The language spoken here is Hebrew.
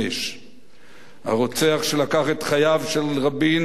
הרוצח שלקח את חייו של רבין הוא לא רק בוגד